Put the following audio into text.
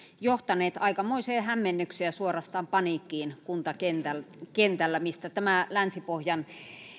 johtaneet aikamoiseen hämmennykseen ja suorastaan paniikkiin kuntakentällä mistä tämä länsi pohjan